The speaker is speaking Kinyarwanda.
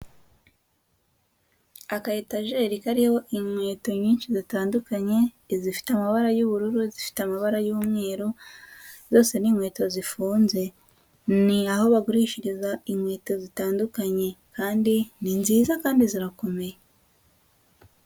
Akayetajeri kariho inkweto nyinshi zitandukanye, izifite amabara y'ubururu, izifite amabara y'umweru, zose ni inkweto zifunze. Ni aho bagurishiriza inkweto zitandukanye kandi ni nziza kandi zirakomeye.